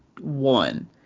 one